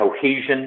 cohesion